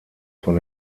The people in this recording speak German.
von